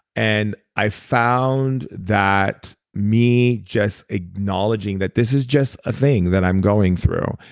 and i found that me just acknowledging that this is just a thing that i'm going through.